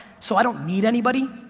so i don't need anybody,